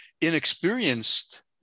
inexperienced